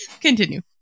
Continue